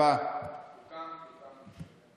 אינו נוכח, חברת הכנסת שרן מרים השכל,